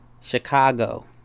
chicago